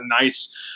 nice